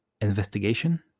investigation